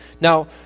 Now